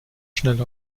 schnell